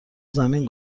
زمین